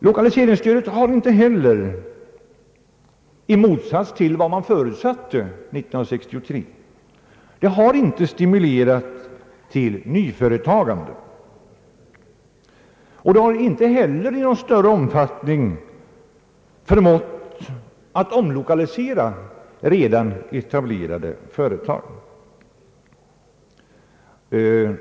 Lokaliseringsstödet har inte heller — i motsats till vad man förutsatte år 1963 — stimulerat till nyföretagande. De har inte heller i någon större omfattning förmått att omlokalisera redan etablerade företag.